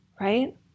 right